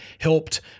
helped